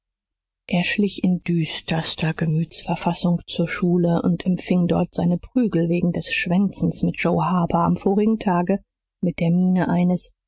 er schlich in düsterster gemütsverfassung zur schule und empfing dort seine prügel wegen des schwänzens mit joe harper am vorigen tage mit der miene eines